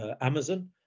Amazon